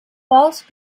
false